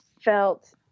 felt